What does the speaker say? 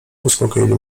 uspokoili